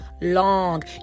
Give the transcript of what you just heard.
long